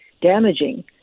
damaging